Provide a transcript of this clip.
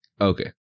Okay